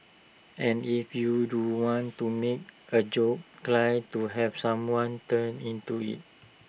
and if you do want to make A joke try to have someone turn into IT